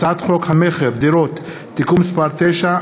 הצעת חוק המכר (דירות) (תיקון מס' 9),